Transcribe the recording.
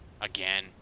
again